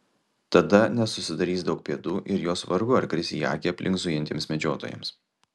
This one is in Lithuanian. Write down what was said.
tada nesusidarys daug pėdų ir jos vargu ar kris į akį aplink zujantiems medžiotojams